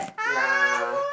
ya